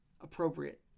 appropriate